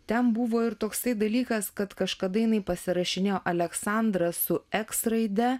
ten buvo ir toksai dalykas kad kažkada jinai pasirašinėjo aleksandra su eks raide